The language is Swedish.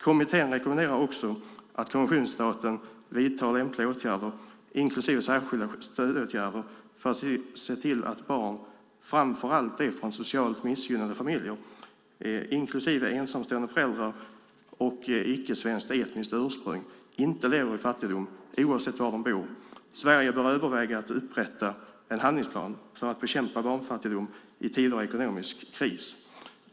Kommittén rekommenderar också att konventionsstaten vidtar lämpliga åtgärder, inklusive särskilda stödåtgärder, för att se till att barn, framför allt de från socialt missgynnade familjer, inklusive ensamstående föräldrar och icke-svenskt etniskt ursprung, inte lever i fattigdom, oavsett var de bor. Sverige bör överväga att upprätta en handlingsplan för att bekämpa barnfattigdom i tider av ekonomisk kris."